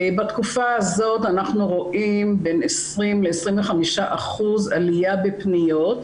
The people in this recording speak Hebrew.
בתקופה הזאת אנחנו רואים בין 20% ל-25% עלייה בפניות.